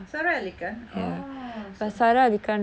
sara ali khan oh